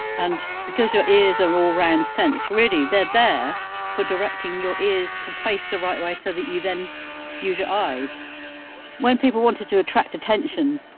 and because your ears are all-round sense, really they're there for directing your ears to face the right way so that you then use your eyes when people wanted to attract attention,